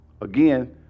Again